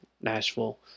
Nashville